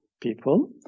people